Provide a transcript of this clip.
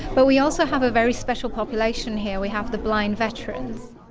but we also have a very special population here we have the blind veterans